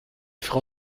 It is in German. frau